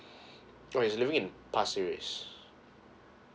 oh he's living in pasir ris